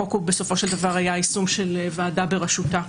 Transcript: שהחוק בסופו של דבר היה יישום של ועדה בראשותה.